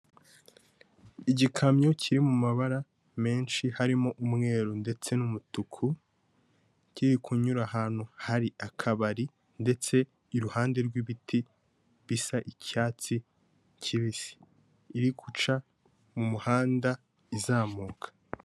Igikamyo kiri mu mabara menshi harimo umweru ndetse n'umutuku, kiri kunyura ahantu hari akabari ndetse iruhande rw'ibiti bisa icyatsi kibisi, iri guca mu muhanda izamuka.